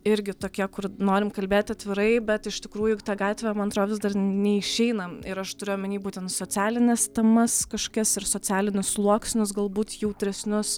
irgi tokia kur norim kalbėt atvirai bet iš tikrųjų juk ta gatvė man atro vis dar neišeinam ir aš turiu omeny būtent socialines temas kažkokias ir socialinius sluoksnius galbūt jautresnius